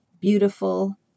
beautiful